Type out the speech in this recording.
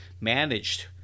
managed